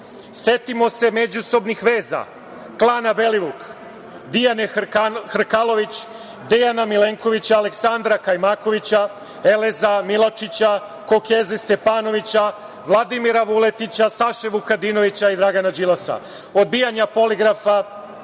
Setimo se međusobnih veza klana Belivuk, Dijane Hrkalović, Dejana Milenkovića, Aleksandra Kajmakovića, Eleza Miločića, Kokeze Stepanovića, Vladimira Vuletića, Saše Vukadinovića i Dragana Đilasa. Odbijanja poligrafa,